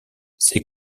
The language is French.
ces